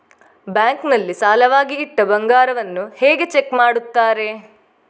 Bank ನಲ್ಲಿ ಸಾಲವಾಗಿ ಇಟ್ಟ ಬಂಗಾರವನ್ನು ಹೇಗೆ ಚೆಕ್ ಮಾಡುತ್ತಾರೆ?